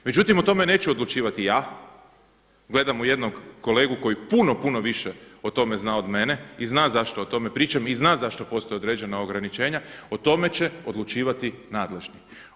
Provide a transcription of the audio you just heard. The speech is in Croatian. Međutim, o tome neću odlučivati ja, gledam u jednog kolegu koji puno, puno više o tome zna od mene i zna zašto o tome pričam i zna zašto postoje određena ograničenja, o tome će odlučivati nadležni.